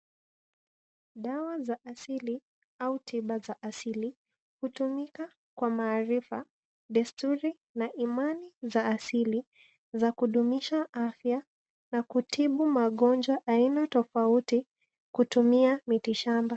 Dawa za asili au tiba za asili hutumika kwa maarifa, desturi na imani za asili za kudumisha afya na kutibu magonjwa aina tofauti kutumia miti shamba.